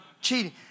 cheating